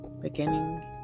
beginning